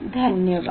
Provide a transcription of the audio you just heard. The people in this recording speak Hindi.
धन्यवाद